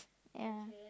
ya